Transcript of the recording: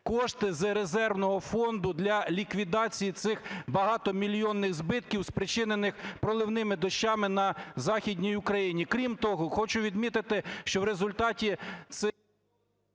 кошти з резервного фонду для ліквідації цих багатомільйонних збитків, спричинених проливними дощами на Західній Україні. Крім того, хочу відмітити, що в результаті…